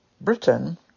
Britain